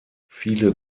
viele